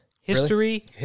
History